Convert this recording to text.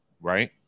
right